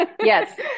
Yes